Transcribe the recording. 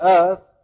earth